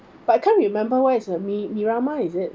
but I can't remember where is the mi~ miramar is it